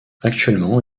actuellement